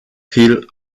viel